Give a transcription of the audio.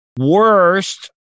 Worst